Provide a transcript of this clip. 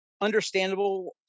understandable